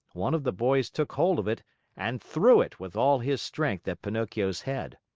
one of the boys took hold of it and threw it with all his strength at pinocchio's head.